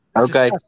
Okay